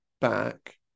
back